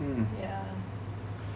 ya